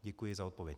Děkuji za odpověď.